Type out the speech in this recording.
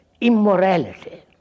immorality